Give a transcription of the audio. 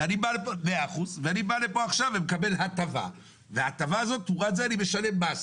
ואני בא לפה עכשיו ותמורת ההטבה אני משלם מס.